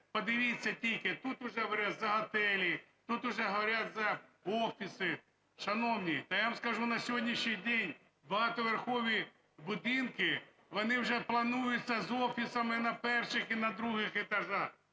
подивіться тільки: тут вже говорять за готелі, тут вже говорять за офіси. Шановні, та я вам скажу, на сьогоднішній день багатоповерхові будинки, вони вже плануються з офісами на перших і на других етажах,